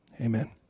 Amen